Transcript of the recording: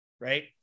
right